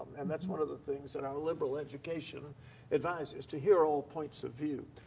and that's one of the things that our liberal education advises, to hear all points of view.